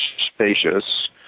spacious